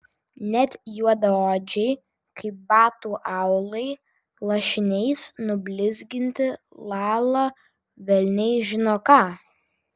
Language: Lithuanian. net juodaodžiai kaip batų aulai lašiniais nublizginti lala velniai žino ką